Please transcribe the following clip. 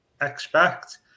expect